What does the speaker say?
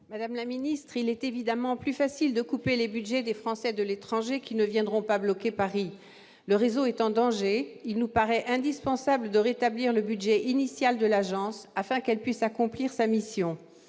Madame la ministre, il est évidemment plus facile de couper les budgets des Français de l'étranger, qui ne viendront pas bloquer Paris ... Le réseau est en danger, et il nous paraît indispensable de rétablir le budget initial de l'Agence, afin qu'elle puisse accomplir sa mission.